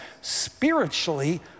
spiritually